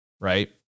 right